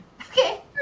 Okay